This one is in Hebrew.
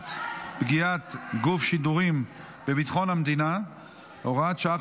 מניעת פגיעת גוף שידורים בביטחון המדינה (הוראת שעה,